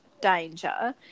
danger